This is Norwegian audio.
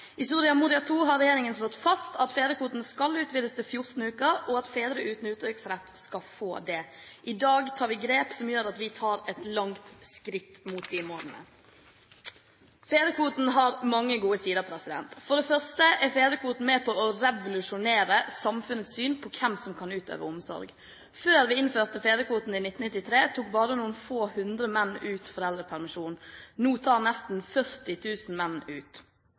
I Soria Moria II har regjeringen slått fast at fedrekvoten skal utvides til 14 uker, og at fedre uten uttaksrett skal få det. I dag tar vi grep som gjør at vi tar et langt skritt mot de målene. Fedrekvoten har mange gode sider. For det første er fedrekvoten med på å revolusjonere samfunnets syn på hvem som kan utøve omsorg. Før vi innførte fedrekvoten i 1993, tok bare noen få hundre menn ut foreldrepermisjon. Nå tar nesten 40 000 menn ut